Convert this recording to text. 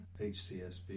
HCSB